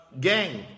gang